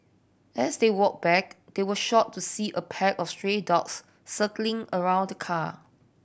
as they walked back they were shocked to see a pack of stray dogs circling around the car